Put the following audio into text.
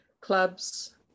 clubs